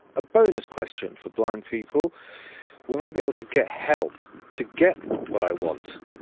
a bonus question for blind people will i be able to get help to get what i want?